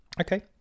Okay